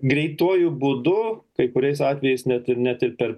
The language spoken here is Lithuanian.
greituoju būdu kai kuriais atvejais net ir ne tik per